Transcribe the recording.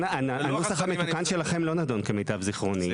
הנוסח המתוקן שלכם לא נדון כמיטב זכרוני.